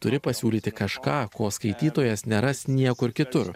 turi pasiūlyti kažką ko skaitytojas neras niekur kitur